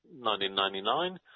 1999